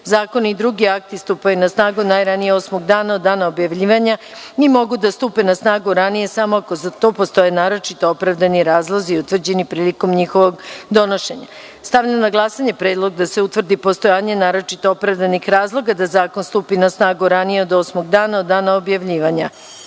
zakoni i drugi akti stupaju na snagu najranije osmog dana od dana objavljivanja i mogu da stupe na snagu ranije samo ako za to postoje naročito opravdani razlozi utvrđeni prilikom njihovog donošenja. Stavljam na glasanje Predlog da se utvrdi postojanje naročito opravdanih razloga da zakon stupi na snagu ranije od osmog dana od dana objavljivanja. Molim